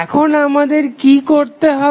এখন আমাদের কি করতে হবে